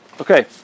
Okay